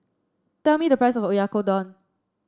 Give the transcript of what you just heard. tell me the price of Oyakodon